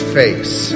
face